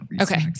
Okay